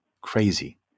crazy